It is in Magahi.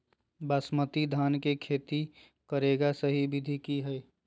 बासमती धान के खेती करेगा सही विधि की हय?